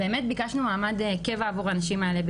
ביקשנו מעמד קבע עבור הנשים האלה,